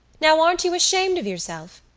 now, aren't you ashamed of yourself?